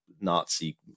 Nazi